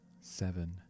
seven